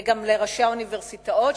אלא גם ראשי האוניברסיטאות,